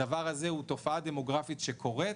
הדבר הזה הוא תופעה דמוגרפית שקורית.